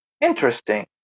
interesting